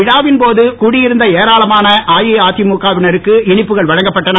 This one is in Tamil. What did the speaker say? விழாவின் போது கூடி இருந்த ஏராளமான அஇஅதிமுகவினருக்கு இனிப்புகள் வழங்கப்பட்டன